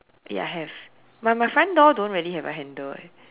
ya have my my front door don't really have a handle eh